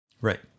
Right